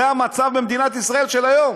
זה המצב במדינת ישראל של היום.